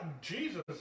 Jesus